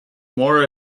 more